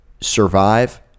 survive